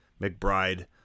McBride